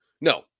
No